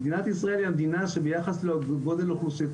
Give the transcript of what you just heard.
מדינת ישראל היא המדינה שביחס לגודל האוכלוסייה